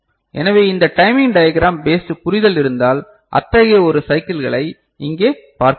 எனவே இந்த timing diagram based புரிதல் இருந்தால் அத்தகைய ஒரு சைக்கிளை இங்கே பார்க்கிறோம்